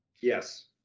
Yes